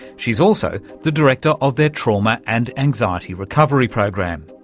she's also the director of their trauma and anxiety recovery program.